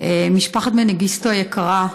משפחת מנגיסטו היקרה,